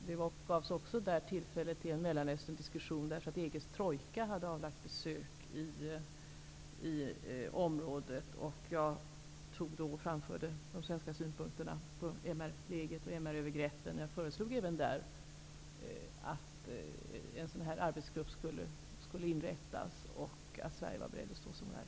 Det gavs där också tillfälle till en Mellanösterndiskussion, eftersom EG:s trojka hade avlagt besök i området. Jag framförde då de svenska synpunkterna på MR-läget och MR övergreppen. Jag föreslog även där att en sådan arbetsgrupp skulle inrättas och meddelade att Sverige var berett att stå som värd.